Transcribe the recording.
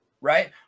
right